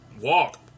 walk